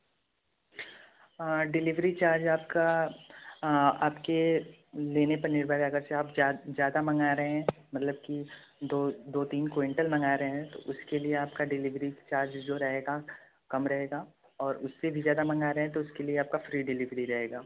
delivery charge आपका आपके लेने पर निर्भर है अगर से आप ज्यादा महँगा रहे हैं मतलब की दो दो तीन क्विंटल मंगा रहे हैं तो उसके लिए आपका डिलीवरी चार्ज जो रहेगा कम रहेगा और उससे भी ज़्यादा मंगा रहें तो उसके लिए आपका फ्री डिलीवरी रहेगा